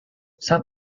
some